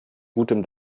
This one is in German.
gutem